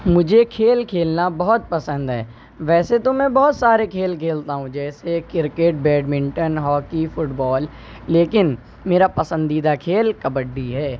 مجھے کھیل کھیلنا بہت پسند ہے ویسے تو میں بہت سارے کھیل کھیلتا ہوں جیسے کرکٹ بیڈمنٹن ہاکی فٹبال لیکن میرا پسندیدہ کھیل کبڈی ہے